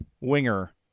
winger